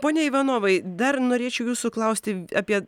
pone ivanovai dar norėčiau jūsų klausti apie